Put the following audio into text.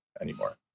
anymore